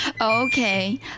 Okay